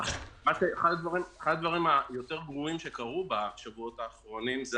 אחד הדברים היותר גרועים שקרו בשבועות האחרונים זה